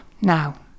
now